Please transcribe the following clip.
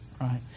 right